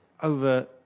over